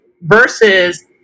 Versus